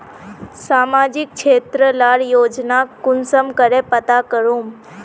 सामाजिक क्षेत्र लार योजना कुंसम करे पता करूम?